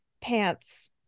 pants